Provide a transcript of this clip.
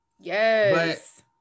Yes